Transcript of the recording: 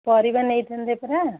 ପରିବା ନେଇଥାନ୍ତି ପରା